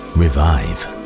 revive